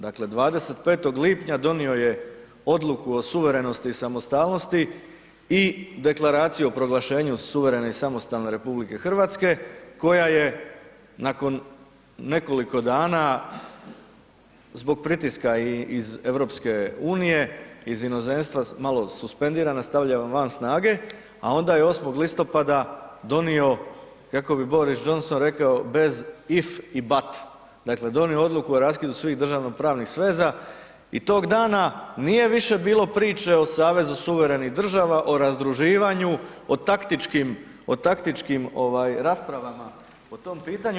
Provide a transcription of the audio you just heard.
Dakle, 25. lipnja donio je odluku o suverenosti i samostalnosti i Deklaraciju o proglašenju suverene i samostalne RH koja je nakon nekoliko dana zbog pritiska i iz EU, iz inozemstva malo suspendirana, stavljaju van snage, a onda je 8. listopada donio, kako bi Boris Jonhson rekao, bez if i but, dakle donio odluku o raskidu svih državno-pravnih sveza i tog dana nije više bilo priče o savezu suverenih država o razdruživanju, o taktičkim rasprava po tom pitanju.